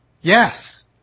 Yes